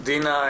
תודה,